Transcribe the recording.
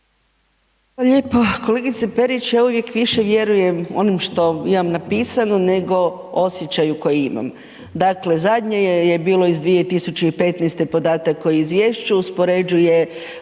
lijepo. Kolegice Perić, ja uvijek više vjerujem onim što imam napisano nego osjećaju koji imam, dakle zadnje je bilo iz 2015. podatak o izvješću, uspoređuje